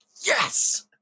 yes